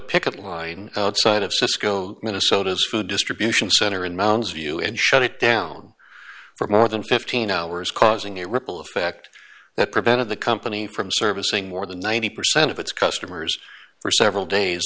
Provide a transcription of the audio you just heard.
line outside of cisco minnesota's food distribution center in mounds view and shut it down for more than fifteen hours causing a ripple effect that prevented the company from servicing more than ninety percent of its customers for several days